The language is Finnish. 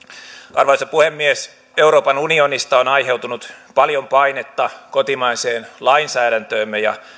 arvoisa puhemies euroopan unionista on aiheutunut paljon painetta kotimaiseen lainsäädäntöömme ja